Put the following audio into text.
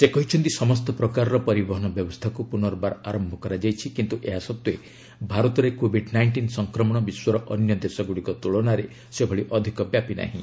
ସେ କହିଛନ୍ତି ସମସ୍ତ ପ୍ରକାରର ପରିବହନ ବ୍ୟବସ୍ଥାକୁ ପୁନର୍ବାର ଆରମ୍ଭ କରାଯାଇଛି କିନ୍ତୁ ଏହା ସତ୍ତ୍ୱେ ଭାରତରେ କୋଭିଡ୍ ନାଇଷ୍ଟିନ୍ ସଂକ୍ରମଣ ବିଶ୍ୱର ଅନ୍ୟ ଦେଶଗୁଡ଼ିକ ତୁଳନାରେ ସେଭଳି ଅଧିକ ବ୍ୟାପି ନାହିଁ